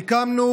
סיכמנו,